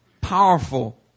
powerful